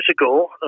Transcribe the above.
ago